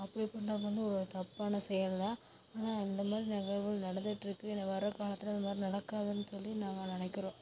அப்படி பண்ணுறது வந்து ஒரு தப்பான செயல்தான் ஆனால் இந்த மாதிரி நிகழ்வுகள் நடந்துட்டிருக்கு இனி வர காலத்தில் இது மாதிரி நடக்காதுன்னு சொல்லி நாங்க நினைக்குறோம்